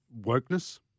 wokeness